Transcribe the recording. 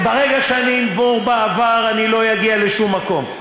ברגע שאני אנבור בעבר, אני לא אגיע לשום מקום.